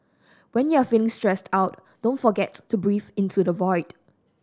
when you are feeling stressed out don't forget to breathe into the void